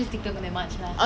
okay okay